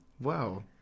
Wow